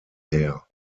her